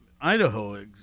Idaho